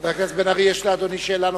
חבר הכנסת בן-ארי, יש לאדוני שאלה נוספת?